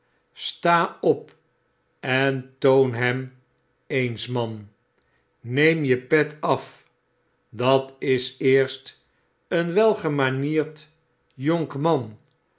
sta op en toon hem eens man neem je pet af dat is eerst een welgemanierd jonkman